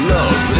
Love